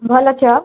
ଭଲ ଅଛ